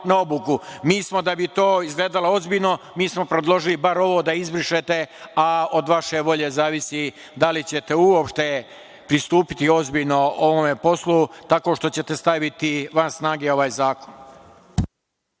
Mi smo, da bi to izgledalo ozbiljno, predložili bar ovo da izbrišete, a od vaše volje zavisi da li ćete uopšte pristupiti ozbiljno ovom poslu, tako što ćete staviti van snage ovaj zakon.